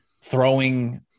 throwing